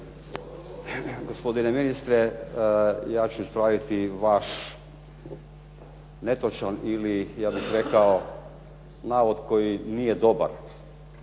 Hvala